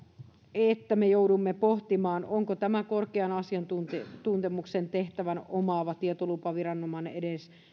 että me joudumme pohtimaan onko tämä korkean asiantuntemuksen tehtävän omaava tietolupaviranomainen edes